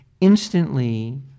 instantly